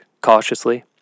cautiously